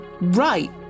right